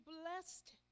blessed